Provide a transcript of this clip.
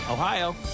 Ohio